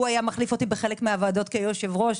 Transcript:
הוא היה מחליף אותו בחלק מהוועדות כיושב-ראש,